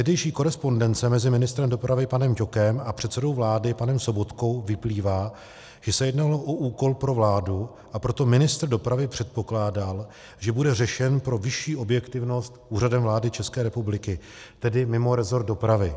Z tehdejší korespondence mezi ministrem dopravy panem Ťokem a předsedou vlády panem Sobotkou vyplývá, že se jednalo o úkol pro vládu, a proto ministr dopravy předpokládal, že bude řešen pro vyšší objektivnost Úřadem vlády České republiky, tedy mimo resort dopravy.